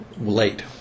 late